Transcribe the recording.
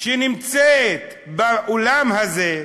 שנמצאת באולם הזה,